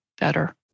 better